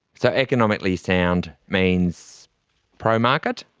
so economically sound means pro-market?